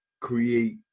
create